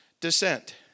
descent